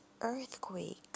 earthquake